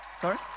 Sorry